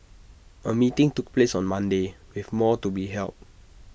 A meeting took place on Monday with more to be held